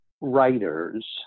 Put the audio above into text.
writers